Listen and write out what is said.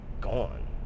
gone